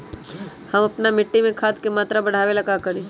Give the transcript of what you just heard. हम अपना मिट्टी में खाद के मात्रा बढ़ा वे ला का करी?